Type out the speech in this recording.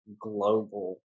global